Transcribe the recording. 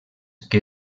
que